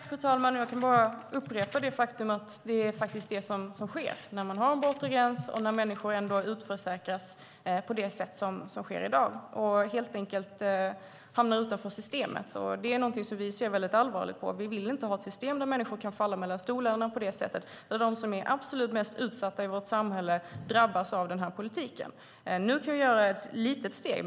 Fru talman! Jag kan bara upprepa det faktum att det som faktiskt sker när man har en bortre gräns och när människor utförsäkras på det sätt som sker i dag är att människor helt enkelt hamnar utanför systemet. Det är någonting som vi ser väldigt allvarligt på. Vi vill inte ha ett system där människor kan falla mellan stolarna på det sättet, att de som är absolut mest utsatta i vårt samhälle drabbas av den här politiken. Nu kan vi ta ett litet steg.